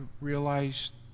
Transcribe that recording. realized